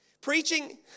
Preaching